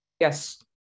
Yes